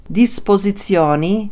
disposizioni